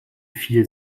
vier